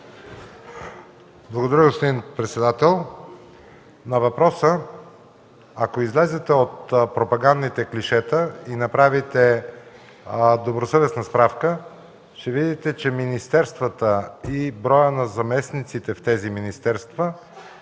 Благодаря, господин председател. На въпроса – ако излезете от пропагандните клишета и направите добросъвестно справка, ще видите, че министерствата и броят на заместниците в тях отговорят